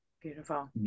Beautiful